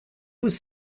was